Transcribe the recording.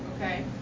Okay